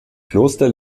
kloster